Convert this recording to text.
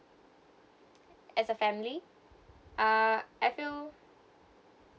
as a family uh I feel